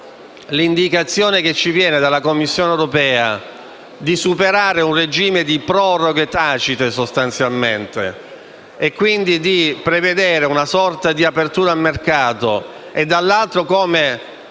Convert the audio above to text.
l'indicazione che ci viene dalla Commissione europea di superare un regime di proroghe tacite, e quindi di prevedere una sorta di apertura al mercato, nonché